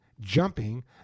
jumping